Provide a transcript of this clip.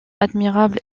admirables